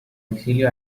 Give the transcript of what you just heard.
exilio